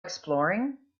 exploring